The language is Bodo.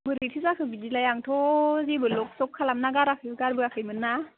बोरैथो जाखो बिदिलाय आंथ' जेबो लक थक खालामना गाराखै गारबोआखैमोन्ना